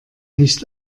nicht